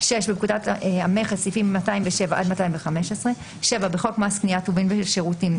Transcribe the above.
בפקודת המכס - סעיפים 207 עד 215. בחוק מס קניה (טובין ושירותים),